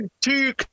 two